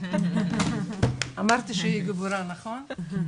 אמרתי שהיא גיבורה, נכון?